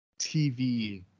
TV